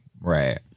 right